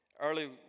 early